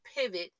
pivot